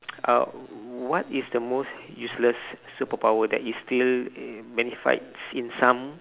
uh what is the most useless superpower that is still magnified in some